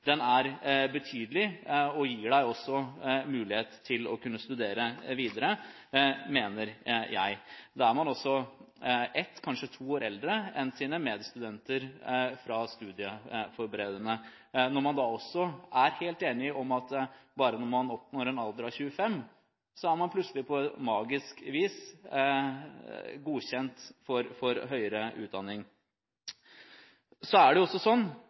Den er betydelig og gir også mulighet til å kunne studere videre, mener jeg. Da er man også ett, kanskje to år eldre enn sine medstudenter fra studieforberedende. Man er også helt enig om at bare man oppnår en alder av 25, er man plutselig på magisk vis godkjent for høyere utdanning. Så sier Lien det